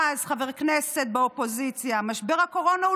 אז חבר כנסת באופוזיציה: "משבר הקורונה הוא